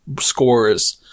scores